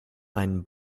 einen